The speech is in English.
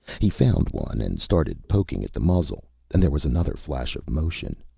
he found one and started poking at the muzzle and there was another flash of motion.